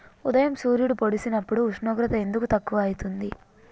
ఉదయం సూర్యుడు పొడిసినప్పుడు ఉష్ణోగ్రత ఎందుకు తక్కువ ఐతుంది?